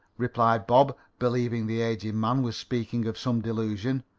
replied bob, believing the aged man was speaking of some delusion.